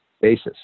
basis